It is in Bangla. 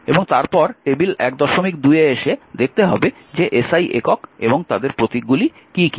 এবং তারপর টেবিল 12 এ এসে দেখতে হবে যে SI একক এবং তাদের প্রতীকগুলি কী কী